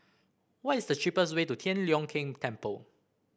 what is the cheapest way to Tian Leong Keng Temple